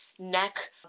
neck